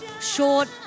short